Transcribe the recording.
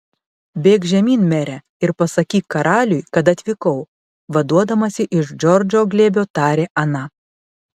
bėk žemyn mere ir pasakyk karaliui kad atvykau vaduodamasi iš džordžo glėbio tarė ana